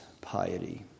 piety